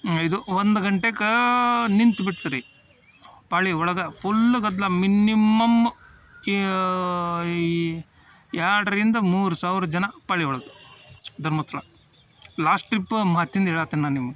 ಇದು ಒಂದು ಗಂಟೆಗ ನಿಂತು ಬಿಡ್ತು ರಿ ಪಾಳಿ ಒಳಗೆ ಪುಲ್ ಗದ್ದಲ ಮಿನ್ನಿಮಮ್ ಯಾ ಈ ಎರಡರಿಂದ ಮೂರು ಸಾವಿರ ಜನ ಪಾಳಿ ಒಳಗೆ ಧರ್ಮಸ್ಥಳ ಲಾಸ್ಟ್ ಟ್ರಿಪ್ ಮತ್ತಿಂದು ಹೇಳತ್ತಿನಿ ನಾ ನಿಮ್ಗೆ